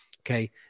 Okay